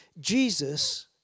Jesus